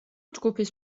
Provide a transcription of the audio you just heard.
ჯგუფის